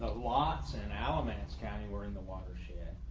ah lots and alamance county we're in the watershed,